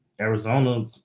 Arizona